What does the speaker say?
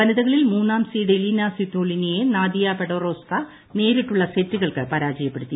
വനിതകളിൽ മൂന്നാം seed Elina സ്വിതോലിനയെ Nadia Podoroska നേരിട്ടുള്ള സെറ്റുകൾക്ക് പരാജയപ്പെടുത്തി